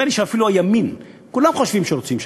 נדמה לי שאפילו הימין, כולם חושבים שרוצים שלום,